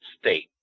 state